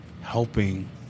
helping